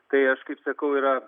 tai aš kaip sakau yra